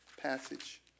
passage